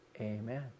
Amen